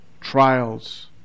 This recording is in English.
trials